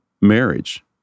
marriage